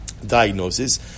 Diagnosis